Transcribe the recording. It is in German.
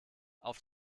auf